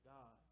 God